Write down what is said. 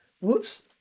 Whoops